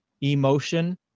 emotion